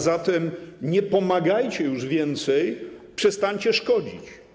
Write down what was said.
Zatem nie pomagajcie już więcej, a przestańcie szkodzić.